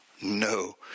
No